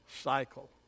cycle